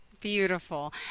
Beautiful